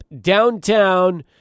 downtown